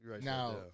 now